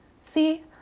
See